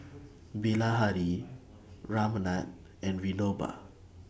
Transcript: Bilahari Ramnath and Vinoba